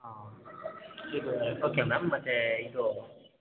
ಹಾಂ okay ma'am ಮತ್ತು ಇದು